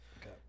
okay